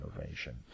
innovation